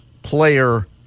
player